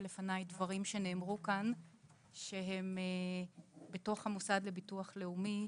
לפניי דברים שנאמרו כאן שהם בתוך המוסד לביטוח לאומי,